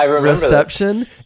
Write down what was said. reception